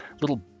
little